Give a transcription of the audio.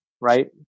right